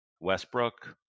Westbrook